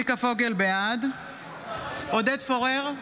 בעד עודד פורר,